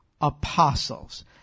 apostles